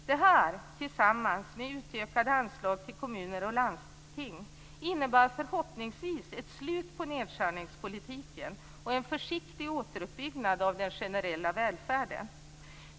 Detta tillsammans med utökade anslag till kommuner och landsting innebär förhoppningsvis ett slut på nedskärningspolitiken och en försiktig återuppbyggnad av den generella välfärden.